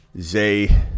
Zay